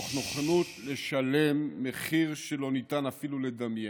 תוך מוכנות לשלם מחיר שלא ניתן אפילו לדמיין.